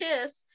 kiss